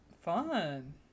Fun